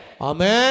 Amen